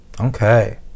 Okay